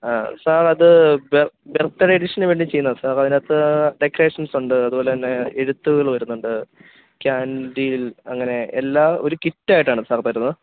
ആ സാർ അത് ബർത്ത്ഡേ എഡിഷനു വേണ്ടി ചെയ്യുന്നതാണ് സാർ അതിന്റെയകത്ത് ഡക്കറേഷൻസുണ്ട് അതുപോലെ തന്നെ എഴുത്തുകള് വരുന്നുണ്ട് കാൻഡിൽ അങ്ങനെ എല്ലാം ഒരു കിറ്റായിട്ടാണ് സാർ തരുന്നത്